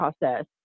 process